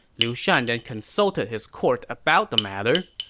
liu shan then consulted his court about the matter.